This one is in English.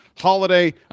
holiday